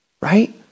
right